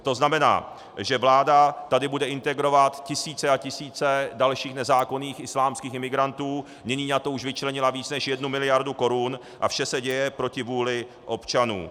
To znamená, že vláda tady bude integrovat tisíce a tisíce dalších nezákonných islámských imigrantů, nyní na to už vyčlenila víc než 1 mld. korun, a vše se děje proti vůli občanů.